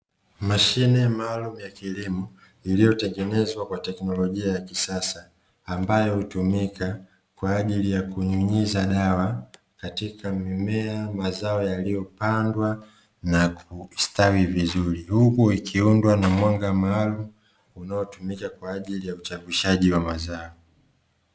Mashine maalumu ya kilimo iliyotengenezwa kwa teknolojia ya kisasa, ambayo hutumika kwa ajili ya kunyunyiza dawa katika mimea, mazao yaliyopandwa na kustawi vizuri huku ikiundwa na mwanga maalumu unaotumika kwa ajili ya kuchavushaji wa mazao.